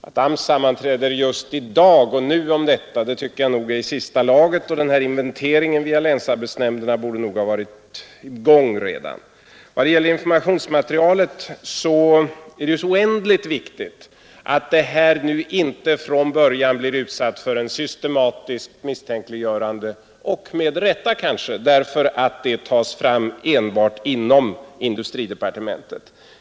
Att AMS sammanträder om dessa frågor just i dag och nu tycker jag är i senaste laget, och inventeringen via länsarbetsnämnderna borde nog redan ha varit i gång. Vad gäller informationsmaterialet är det oändligt viktigt att det inte från början blir utsatt för ett systematiskt misstänkliggörande — i och för sig kanske med all rätt — därför att det tas fram enbart inom industridepartementet.